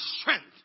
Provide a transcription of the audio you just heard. strength